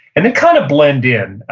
and they kind of blend in.